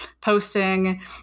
posting